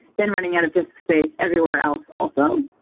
then running out of disk space everywhere else also.